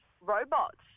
robots